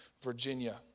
Virginia